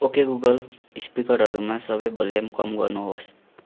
okay Google स्पिकरहरूमा सबै volume कम गर्नुहोस्